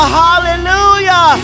hallelujah